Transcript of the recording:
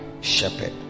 shepherd